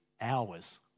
hours